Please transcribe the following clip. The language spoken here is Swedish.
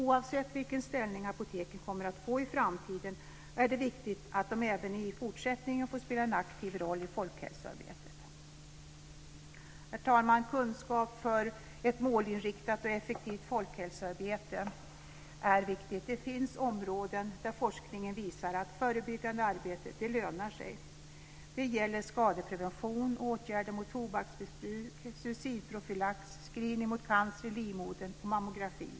Oavsett vilken ställning apoteken kommer att få i framtiden är det viktigt att de även i fortsättningen får spela en aktiv roll i folkhälsoarbetet. Herr talman! Kunskap är viktigt för ett målinriktat och effektivt folkhälsoarbetet. Det finns områden där forskningen visar att förebyggande arbete lönar sig. Det gäller skadeprevention, åtgärder mot tobaksmissbruk, suicidprofylax, screening mot cancer i livmodern och mammografi.